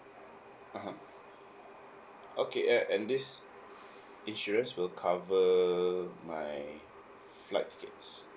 (uh huh) okay uh and this insurance will cover my flight tickets